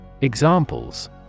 Examples